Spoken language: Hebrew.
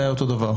זה היה אותו דבר.